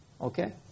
Okay